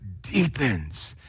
deepens